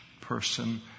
person